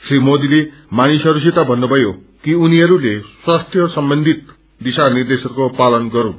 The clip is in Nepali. श्री मोदीले मानिसहरूसित भन्नुभयो कि उनीहरूले स्वास्थ्य सम्बन्धित दिशा निर्देशहरूको पालन गरून्